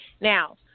Now